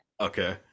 Okay